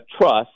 trust